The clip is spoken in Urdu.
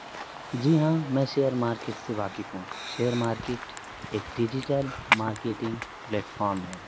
جی ہاں میں شیئر مارکیٹ سے واقف ہوں شیئر مارکیٹ ایک ڈیجیٹل مارکیٹنگ پلیٹفارم ہے